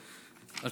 תודה רבה.